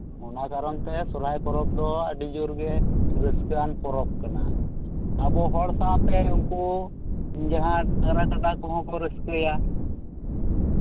ᱚᱱᱟ ᱠᱟᱨᱚᱱᱛᱮ ᱥᱚᱨᱦᱟᱭ ᱯᱚᱨᱚᱵᱽ ᱫᱚ ᱟᱹᱰᱤ ᱡᱳᱨᱜᱮ ᱨᱟᱹᱥᱠᱟᱹᱣᱟᱱ ᱯᱚᱨᱚᱵᱽ ᱠᱟᱱᱟ ᱟᱵᱚ ᱦᱚᱲ ᱥᱟᱶᱛᱮ ᱩᱱᱠᱩ ᱡᱟᱦᱟᱸᱭ ᱰᱟᱝᱨᱟ ᱠᱟᱰᱟ ᱠᱚᱦᱚᱸ ᱠᱚ ᱨᱟᱹᱥᱠᱟᱹᱭᱟ